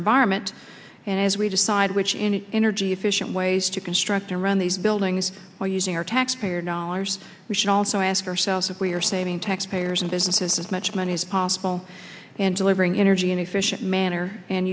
environment and as we decide which in an energy efficient ways to construct and run these buildings or using our taxpayer dollars we should also ask ourselves if we are saving taxpayers and businesses as much money as possible and delivering energy an efficient manner and